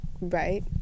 Right